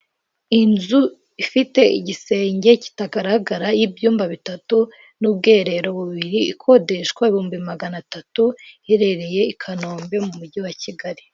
Inzu ifite igisenge kitagaragara y'ibyuyumba bitatu n'ubwiherero bubiri ikodeshwa ibihumbi magana atatu iherereye i kanombe mu mujyi wa Kigali.